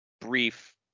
brief